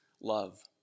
love